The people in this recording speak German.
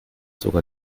sogar